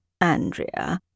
Andrea